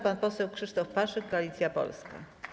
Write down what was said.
Pan poseł Krzysztof Paszyk, Koalicja Polska.